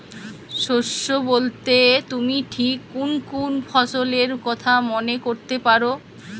শস্য বোলতে তুমি ঠিক কুন কুন ফসলের কথা মনে করতে পার?